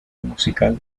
musical